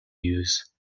use